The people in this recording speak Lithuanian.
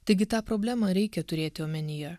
taigi tą problemą reikia turėti omenyje